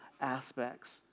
aspects